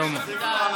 שלמה.